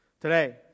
Today